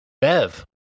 Bev